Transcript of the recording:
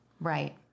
Right